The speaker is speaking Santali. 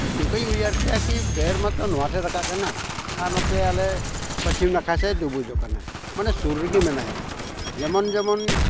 ᱛᱚ ᱱᱚᱝᱠᱟᱧ ᱩᱭᱦᱟᱹᱨ ᱠᱮᱭᱟ ᱠᱤ ᱵᱮᱨ ᱢᱟᱛᱚ ᱱᱚᱣᱟ ᱴᱷᱮᱡ ᱨᱟᱠᱟᱵ ᱠᱟᱱᱟᱭ ᱟᱨ ᱱᱚᱛᱮ ᱟᱞᱮ ᱯᱚᱪᱷᱤᱢ ᱱᱟᱠᱷᱟ ᱥᱮᱫ ᱫᱩᱵᱩᱡᱚᱜ ᱠᱟᱱᱟ ᱢᱟᱱᱮ ᱥᱩᱨ ᱨᱮᱜᱮ ᱢᱮᱱᱟᱭᱟ ᱡᱮᱢᱚᱱ ᱡᱮᱢᱚᱱ